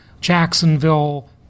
Jacksonville